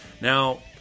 Now